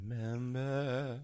Remember